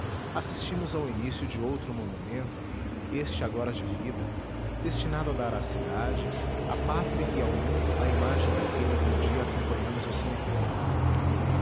assistimos ao início de outro monumento este agora de vida destinado a dar à cidade à pátria e ao mundo a imagem daquele que um dia acompanhamos ao cemitério